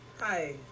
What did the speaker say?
Hi